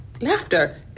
Laughter